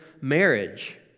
marriage